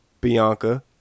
Bianca